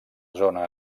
zona